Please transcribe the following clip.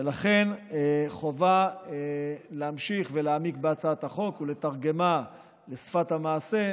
ולכן חובה להמשיך ולהעמיק בהצעת החוק ולתרגמה לשפת המעשה,